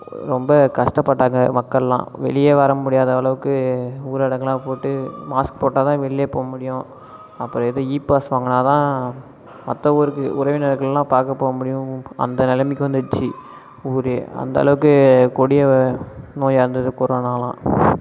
ரொம்ப கஷ்டப்பட்டாங்க மக்களெலாம் வெளியே வர முடியாத அளவுக்கு ஊரடங்கலாம் போட்டு மாஸ்க் போட்டால்தான் வெளிலேயே போகமுடியும் அப்புறம் ஏதோ இ பாஸ் வாங்கினாதான் மற்ற ஊருக்கு உறவினர்களாம் பார்க்க போக முடியும் அந்த நிலைமைக்கு வந்துடுச்சு ஊரே அந்த அளவுக்கு கொடிய நோயாக இருந்தது கொரனாவெலாம்